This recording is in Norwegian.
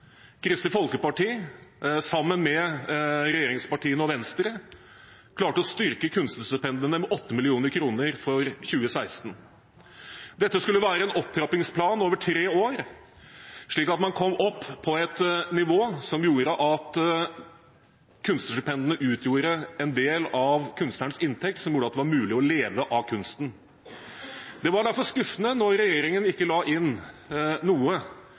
Kristelig Folkeparti klarte sammen med regjeringspartiene og Venstre å styrke kunstnerstipendene med 8 mill. kr for 2016. Dette skulle være en opptrappingsplan over tre år, slik at man kom opp på et nivå som gjorde at kunstnerstipendene utgjorde en del av kunstnerens inntekt, så det var mulig å leve av kunsten. Det var derfor skuffende at regjeringen ikke la inn noe